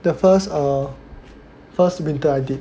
the first err first winter I did